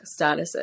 statuses